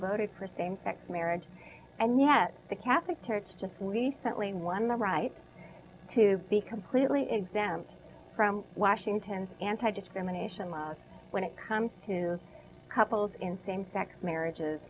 voted for same sex marriage and yet the catholic church just recently won the right to be completely exempt from washington's anti discrimination law when it comes to couples in same sex marriages